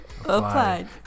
Applied